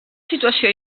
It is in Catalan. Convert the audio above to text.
situació